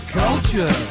culture